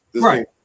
Right